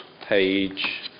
page